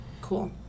cool